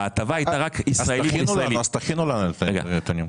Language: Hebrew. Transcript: ההטבה הייתה רק ישראלי -- אז תכינו לנו את הנתונים.